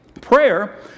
prayer